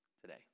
today